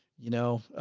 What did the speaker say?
you know,